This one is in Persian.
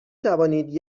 توانید